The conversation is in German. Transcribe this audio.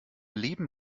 leben